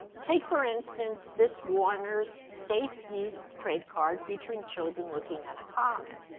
take, for instance, this warner's safe yeast trade card featuring children looking at a comet.